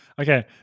Okay